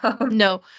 no